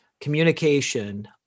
communication